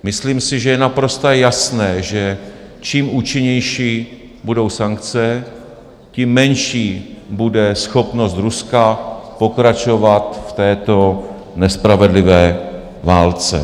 Myslím si, že je naprosto jasné, že čím účinnější budou sankce, tím menší bude schopnost Ruska pokračovat v této nespravedlivé válce.